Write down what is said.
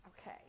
okay